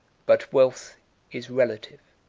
but wealth is relative